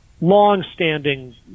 long-standing